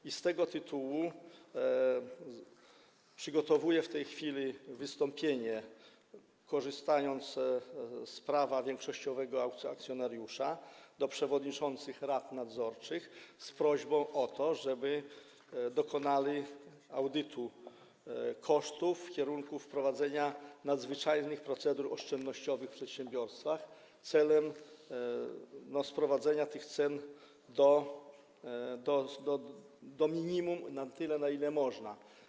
I z tego tytułu przygotowuję w tej chwili wystąpienie, korzystając z prawa większościowego akcjonariusza, do przewodniczących rad nadzorczych z prośbą o to, żeby dokonali audytu kosztów w kierunku wprowadzenia nadzwyczajnych procedur oszczędnościowych w przedsiębiorstwach celem sprowadzenia tych cen do minimum, na tyle, na ile można.